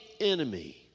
enemy